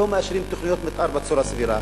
לא מאשרים תוכניות מיתאר בצורה סבירה,